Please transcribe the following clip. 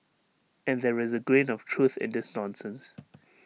and there is A grain of truth in this nonsense